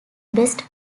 best